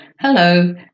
Hello